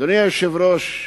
אדוני היושב-ראש,